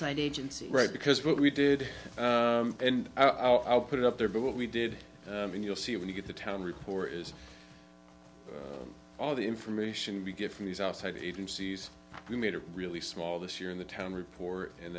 outside agency right because what we did and i'll put it up there but we did and you'll see it when you get the town report is all the information we get from these outside agencies we made a really small this year in the town report and